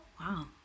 Wow